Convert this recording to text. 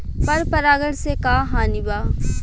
पर परागण से का हानि बा?